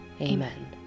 Amen